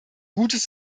gutes